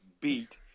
beat